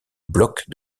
blocs